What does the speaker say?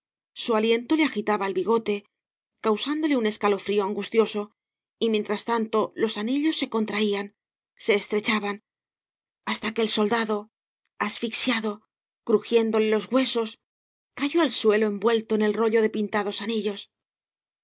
su aliento le agitaba el bigote causandolé un escalofrío angustioso y mientras tanto los anillos se contraían se estrechaban hasta que el soldado asfixiado crujiéndole los huesos cayó al suelo envuelto en el rollo de pintados anillos